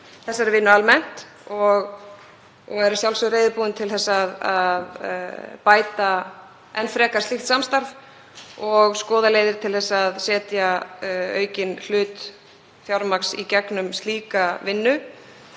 þessari vinnu almennt og ég er að sjálfsögðu reiðubúin til að bæta enn frekar slíkt samstarf og skoða leiðir til að setja aukinn hlut fjármagns í gegnum slíka vinnu.